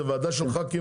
זאת ועדה של ח"כים